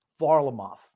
Varlamov